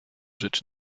rzecz